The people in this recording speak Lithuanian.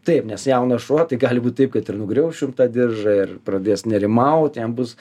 taip nes jaunas šuo tai gali būt taip kad ir nugriauš jum tą diržą ir pradės nerimaut jam bus